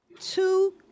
two